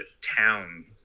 town